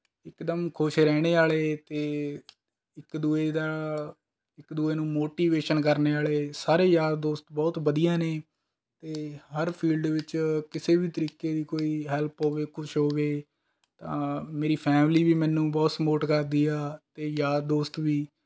ਇਕਦਮ ਖੁਸ਼ ਰਹਿਣ ਵਾਲੇ ਅਤੇ ਇਕ ਦੂਜੇ ਨਾਲ ਇੱਕ ਦੂਜੇ ਨੂੰ ਮੋਟੀਵੇਸ਼ਨ ਕਰਨ ਵਾਲੇ ਸਾਰੇ ਯਾਰ ਦੋਸਤ ਬਹੁਤ ਵਧੀਆ ਨੇ ਅਤੇ ਹਰ ਫੀਲਡ ਵਿੱਚ ਕਿਸੇ ਵੀ ਤਰੀਕੇ ਦੀ ਕੋਈ ਹੈਲਪ ਹੋਵੇ ਕੁਛ ਹੋਵੇ ਤਾਂ ਮੇਰੀ ਫੈਮਲੀ ਵੀ ਮੈਨੂੰ ਬਹੁਤ ਸੁਪੋਰਟ ਕਰਦੀ ਹੈ ਅਤੇ ਯਾਰ ਦੋਸਤ ਵੀ